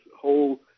whole